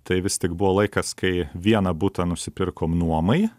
tai vis tik buvo laikas kai vieną butą nusipirkom nuomai